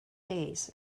days